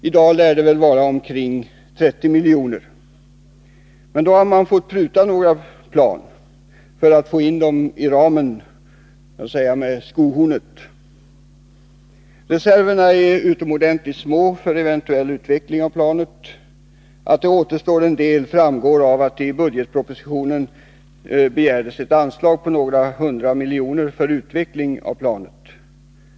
I dag lär väl ramen vara omkring 30 milj.kr. — men då har man fått pruta på några plan för att så att säga med skohornet få in de övriga i ramen. Reserverna för en eventuell utveckling av planet är också utomordentligt små. Att det återstår en del framgår av att det i budgetpropositionen begärts ett anslag på några hundra miljoner för utveckling av planet.